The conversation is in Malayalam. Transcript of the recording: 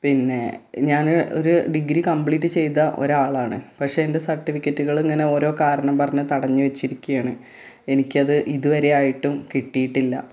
പിന്നെ ഞാൻ ഒരു ഡിഗ്രി കപ്ലീറ്റ് ചെയ്ത ഒരാളാണ് പക്ഷേ എന്റെ സർട്ടിഫിക്കറ്റുകൾ ഇങ്ങനെ ഓരോ കാരണം പറഞ്ഞു തടഞ്ഞു വെച്ചിരിക്കയാണ് എനിക്കത് ഇതുവരെയായിട്ടും കിട്ടിയിട്ടില്ല